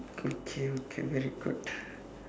okay okay okay very good